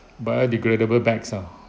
biodegradable bags ah